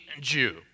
Jew